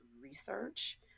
research